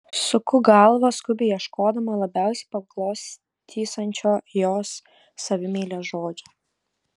suku galvą skubiai ieškodama labiausiai paglostysiančio jos savimeilę žodžio